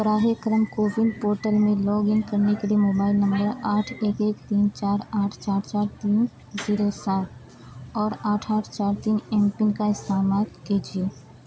براہ کرم کوون پورٹل میں لاگ ان کرنے کے لیے موبائل نمبر آٹھ ایک ایک تین چار آٹھ چار چار تین زیرو سات اور آٹھ آتھ تین چار ایم پن کا استعمال کیجیے